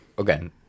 again